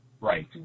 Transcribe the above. Right